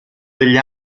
degli